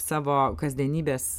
savo kasdienybės